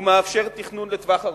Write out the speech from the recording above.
הוא מאפשר תכנון לטווח ארוך,